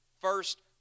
first